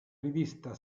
rivista